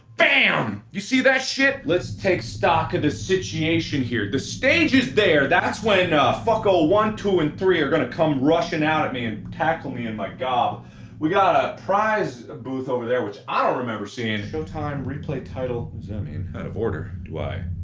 bam! you see that shit! let's take stock of the siti-ation here. the stage is there, that's when fuck-o one two and three are gonna come rushing out at me and tackle me in my gob we got a prize ah booth over there, which i don't remember seeing. showtime, replay title um of order? do i.